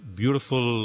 beautiful